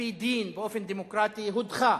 על-פי דין, באופן דמוקרטי, הודחה